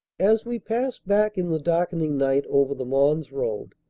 as we pass back in the darkening night over the mons road,